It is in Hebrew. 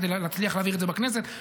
כדי להצליח להעביר את זה בכנסת,